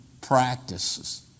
practices